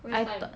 I like